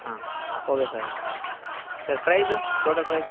ಹಾಂ ಹೌದಾ sir sir price total price